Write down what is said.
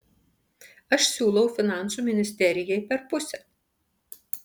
aš siūlau finansų ministerijai per pusę